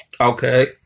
Okay